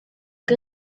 que